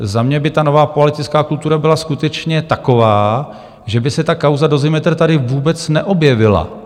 Za mě by ta nová politická kultura byla skutečně taková, že by se ta kauza Dozimetr tady vůbec neobjevila.